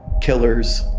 killers